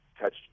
touch